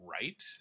right